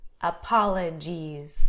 apologies